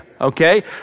okay